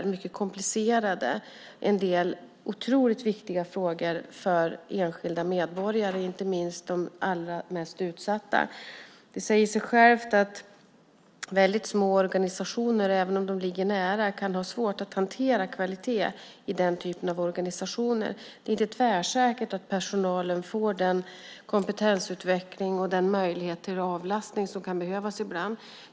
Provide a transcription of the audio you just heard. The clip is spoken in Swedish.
Det är mycket komplicerade mål, en del otroligt viktiga frågor för enskilda medborgare, inte minst de allra mest utsatta. Det säger sig självt att väldigt små organisationer, även om de ligger nära, kan ha svårt att hantera kvalitet i den typen av organisation. Det är inte tvärsäkert att personalen får den kompetensutveckling och den möjlighet till avlastning som kan behövas ibland.